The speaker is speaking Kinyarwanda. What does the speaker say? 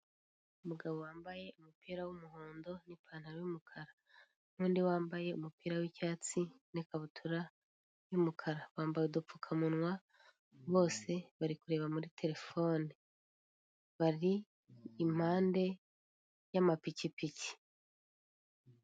Umugabo wambaye umupira w'umuhondo n'ipantaro y'umukara n'undi wambaye umupira w'icyatsi n'ikabutura y'umukara. Bambaye udupfukamunwa bose bari kureba muri telefone. Bari impande y'amapikipiki.